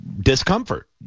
discomfort